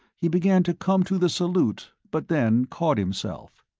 he began to come to the salute but then caught himself.